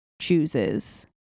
chooses